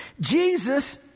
Jesus